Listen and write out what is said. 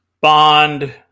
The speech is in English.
Bond